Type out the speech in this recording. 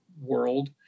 world